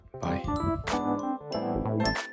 Bye